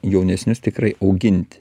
jaunesnius tikrai auginti